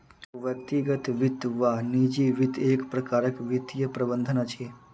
व्यक्तिगत वित्त वा निजी वित्त एक प्रकारक वित्तीय प्रबंधन अछि